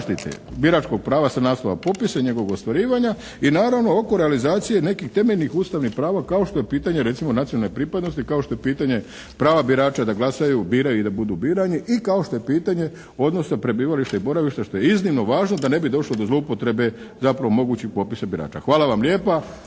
Hvala vam lijepa.